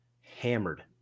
hammered